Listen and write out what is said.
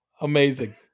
Amazing